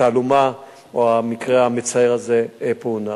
שהתעלומה או המקרה המצער הזה פוענח.